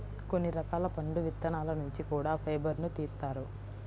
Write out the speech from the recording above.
కొన్ని రకాల పండు విత్తనాల నుంచి కూడా ఫైబర్ను తీత్తారు